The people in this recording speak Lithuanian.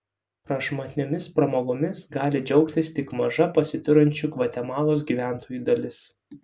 prašmatniomis pramogomis gali džiaugtis tik maža pasiturinčių gvatemalos gyventojų dalis